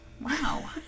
wow